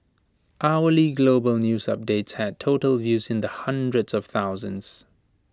hourly global news updates had total views in the hundreds of thousands